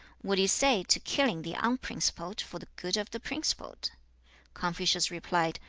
what do you say to killing the unprincipled for the good of the principled confucius replied,